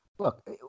Look